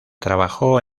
trabajó